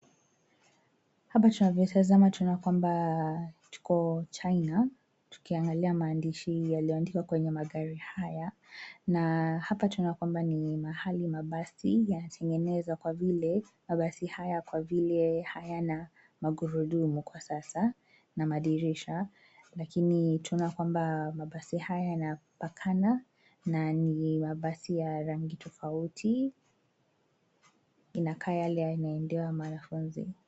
Hapa tunavyotazama tunaona kwamba tuko China tukiangalia maandishi yaliyoandikwa kwenye magari haya na hapa tunaona kwamba ni mahali mabasi yanatengenezwa kwa vile mabasi haya hayana magurudumu kwa sasa na madirisha lakini tunaona kwamba mabasi haya yanapakana na ni mabasi ya rangi tofauti. Inakaa yale yanaendea mwanafunzi.